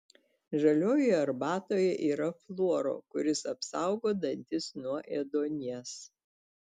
žalioje arbatoje yra fluoro kuris apsaugo dantis nuo ėduonies